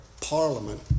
parliament